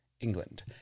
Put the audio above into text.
England